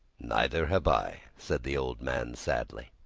neither have i, said the old man sadly.